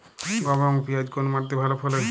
গম এবং পিয়াজ কোন মাটি তে ভালো ফলে?